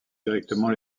directement